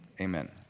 Amen